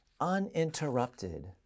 uninterrupted